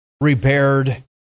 repaired